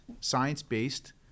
science-based